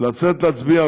לצאת להצביע.